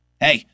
Hey